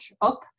up